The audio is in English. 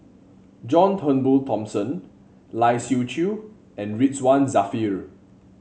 John Turnbull Thomson Lai Siu Chiu and Ridzwan Dzafir